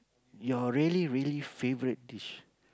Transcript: your really really favourite dish